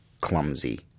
clumsy